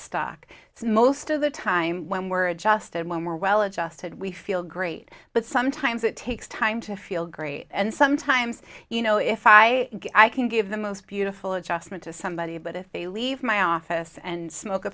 it's most of the time when we're a just and one more well adjusted we feel great but sometimes it takes time to feel great and sometimes you know if i can give the most beautiful adjustment to somebody but if they leave my office and smoke a